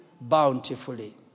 bountifully